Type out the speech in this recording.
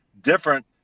different